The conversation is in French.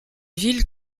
ville